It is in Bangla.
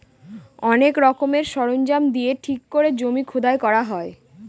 অনেক রকমের সরঞ্জাম দিয়ে ঠিক করে জমি খোদাই করা হয়